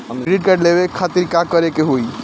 Credit card लेवे खातिर का करे के होई?